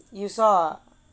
you saw ah